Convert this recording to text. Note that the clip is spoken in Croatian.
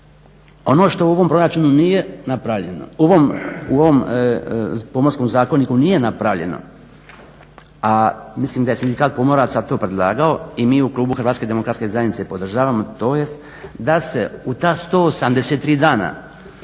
Ovo što u ovom proračunu nije napravljeno, u ovom pomorskom zakoniku nije napravljeno a mislim da je sindikat pomoraca to predlagao i mi u klubu HDZ-a podržavamo to jest da se u ta 183 dana